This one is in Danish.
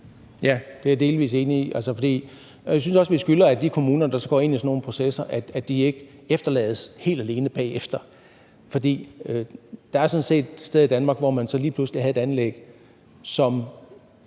Det er jeg delvis enig i. Og jeg synes også, at vi skylder de kommuner, der går ind i sådan nogle processer, at de ikke efterlades helt alene bagefter. For der er sådan set steder i Danmark, hvor man lige pludselig kan have et anlæg, som